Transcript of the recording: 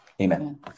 Amen